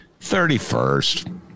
31st